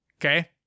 okay